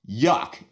yuck